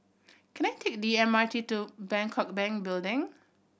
can I take the M R T to Bangkok Bank Building